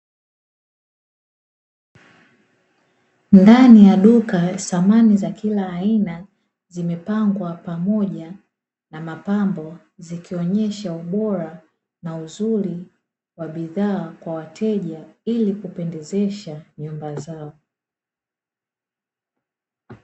Ndani ya duka samani za kila aina zimepangwa pamoja na mapambo, zikionyesha ubora na uzuri wa bidhaa kwa wateja ili kupendezesha nyumba zao.